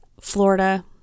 Florida